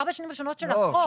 ארבע שנים ראשונות של החוק.